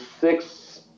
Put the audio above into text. six